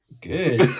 Good